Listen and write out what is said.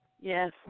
Yes